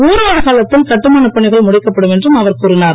ஓராண்டு காலத்தில் கட்டுமானப் பணிகள் முடிக்கப்படும் என்றும் அவர் கூறிஞர்